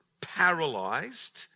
paralyzed